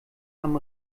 haben